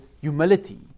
humility